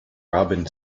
rabin